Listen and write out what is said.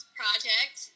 project